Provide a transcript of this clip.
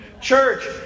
Church